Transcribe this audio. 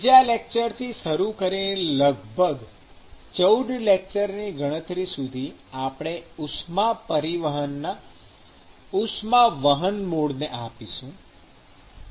બીજા લેક્ચરથી શરૂ કરીને લગભગ ૧૪ લેક્ચર ની ગણતરી સુધી આપણે ઉષ્મા પરિવહનના ઉષ્માવહન મોડને આપીશું ઉપરનો સ્નેપશોટ જુઓ